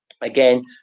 Again